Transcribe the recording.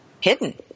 hidden